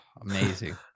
amazing